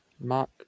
Mark